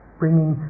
bringing